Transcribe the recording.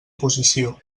posició